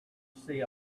see